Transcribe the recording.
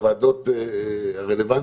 לוועדות הרלוונטיות,